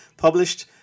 Published